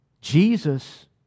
Jesus